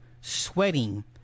sweating